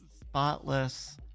spotless